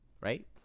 right